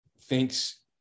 thinks